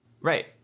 Right